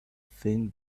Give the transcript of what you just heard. thin